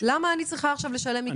למה אני צריכה עכשיו לשלם מכיסי?